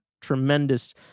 tremendous